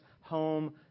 home